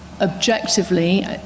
objectively